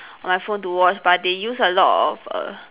on my phone to watch but they use a lot of err